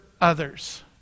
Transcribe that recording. others